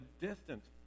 distance